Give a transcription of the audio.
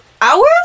hours